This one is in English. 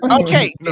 Okay